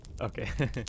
Okay